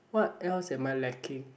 what else am I lacking